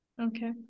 Okay